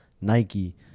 Nike